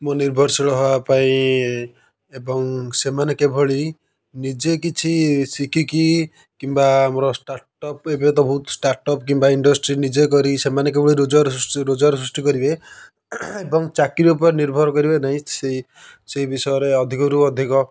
ମୁଁ ନିର୍ଭରଶୀଳ ହେବାପାଇଁ ଏବଂ ସେମାନେ କିଭଳି ନିଜେ କିଛି ଶିଖିକି କିମ୍ବା ଆମର ଷ୍ଟାର୍ଟପ୍ ଏବେ ତ ବହୁତ ଷ୍ଟାର୍ଟପ୍ କିମ୍ବା ଇଣ୍ଡଷ୍ଟ୍ରି ନିଜେ କରିକି ସେମାନେ କେବଳ ରୋଜଗାର ସୃଷ୍ଟି ରୋଜଗାର ସୃଷ୍ଟି କରିବେ ଏବଂ ଚାକିରୀ ଉପରେ ନିର୍ଭର କରିବେ ନାହିଁ ସେହି ସେହି ବିଷୟରେ ଅଧିକରୁ ଅଧିକ